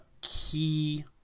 key